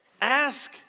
Ask